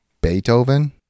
Beethoven